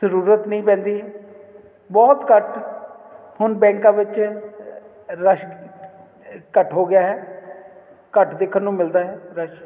ਜ਼ਰੂਰਤ ਨਹੀਂ ਪੈਂਦੀ ਬਹੁਤ ਘੱਟ ਹੁਣ ਬੈਂਕਾਂ ਵਿੱਚ ਰੱਸ਼ ਘੱਟ ਹੋ ਗਿਆ ਹੈ ਘੱਟ ਦੇਖਣ ਨੂੰ ਮਿਲਦਾ ਰੱਸ਼